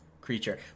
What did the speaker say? creature